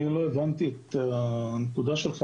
אני לא הבנתי את הנקודה שלך.